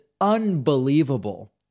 unbelievable